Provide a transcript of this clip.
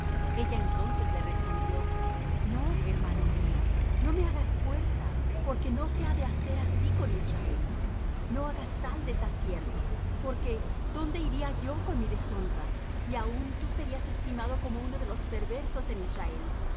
ella entonces le respondió no hermano mío no me hagas fuerza porque no se ha de hacer así con israel no hagas tal desacierto porque dónde iría yo con mi deshonra y aun tú serías estimado como uno de los perversos en israel